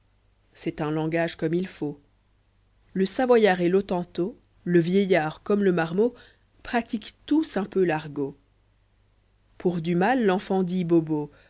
c'est un langage comme il faut le savoyard et l'hottentot le vieillard comme le marmot pratiquent tous un peu l'argot po ur du mal l'enfant dit bobo